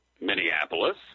Minneapolis